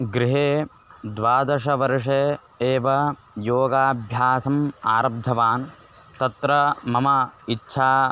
गृहे द्वादशवर्षे एव योगाभ्यासम् आरब्धवान् तत्र मम इच्छा